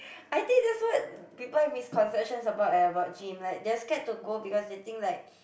I think that's what people misconceptions about eh about gym like they're scared to go because they think like